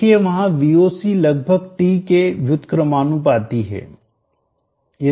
देखिए वहां Vocलगभग T के व्युत्क्रमानुपाती है